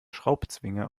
schraubzwinge